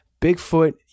Bigfoot